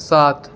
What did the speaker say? সাত